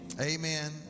amen